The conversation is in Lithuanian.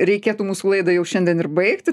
reikėtų mūsų laidą jau šiandien ir baigti